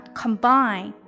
combine